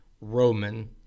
Roman